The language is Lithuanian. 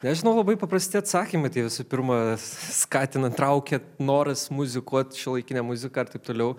nežinau labai paprasti atsakymai tai visų pirma skatina traukia noras muzikuot šiuolaikinė muzika ar taip toliau